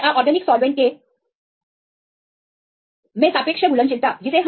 तो पानी या ऑर्गेनिक सॉल्वैंट्स के सापेक्ष घुलनशीलता